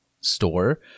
store